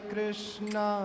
Krishna